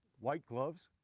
white gloves?